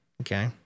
Okay